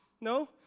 No